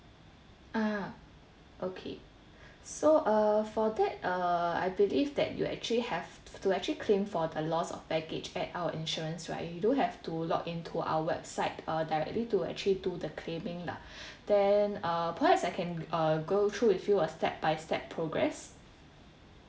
ah okay so err for that uh I believe that you actually to actually claim for the lost of baggage at our insurance right you do have to log into our website uh directly to actually do the claiming lah then uh perhaps I can uh go through with you a step by step progress